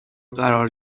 قرار